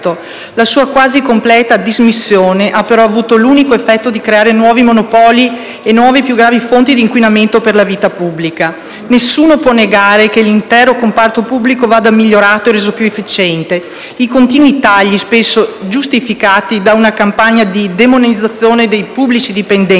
la sua quasi completa dismissione ha però avuto l'unico effetto di creare nuovi monopoli e nuove e più gravi fonti di inquinamento della vita pubblica. Nessuno può negare che l'intero comparto pubblico vada migliorato e reso più efficiente. I continui tagli, spesso giustificati da una campagna di demonizzazione dei pubblici dipendenti